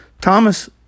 Thomas